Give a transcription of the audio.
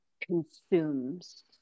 consumes